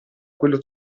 quello